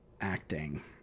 acting